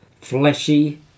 fleshy